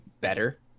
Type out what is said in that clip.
better